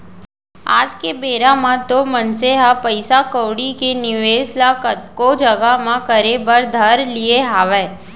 आज के बेरा म तो मनसे ह पइसा कउड़ी के निवेस ल कतको जघा म करे बर धर लिये हावय